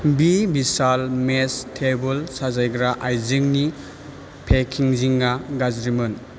बि बिसाल मेश थेबोल साजायग्रा आइजेंनि पेकिजिंआ गाज्रिमोन